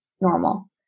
normal